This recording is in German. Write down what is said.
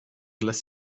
lässt